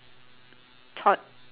thought